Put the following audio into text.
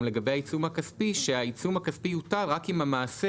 לגבי העיצום הכספי - שהעיצום הכספי יותר רק אם המעשה